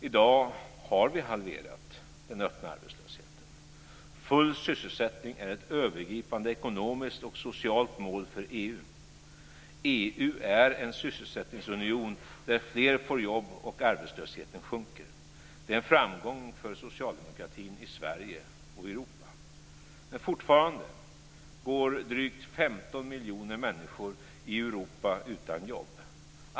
I dag har vi halverat den öppna arbetslösheten. Full sysselsättning är ett övergripande ekonomiskt och socialt mål för EU. EU är en sysselsättningsunion där fler får jobb och arbetslösheten sjunker. Det är en framgång för socialdemokratin i Sverige och Europa. Men fortfarande går drygt 15 miljoner människor i Europa utan jobb.